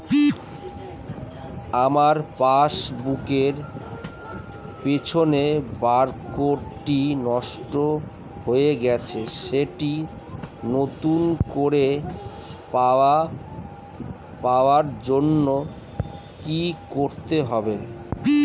আমার পাসবুক এর পিছনে বারকোডটি নষ্ট হয়ে গেছে সেটি নতুন করে পাওয়ার জন্য কি করতে হবে?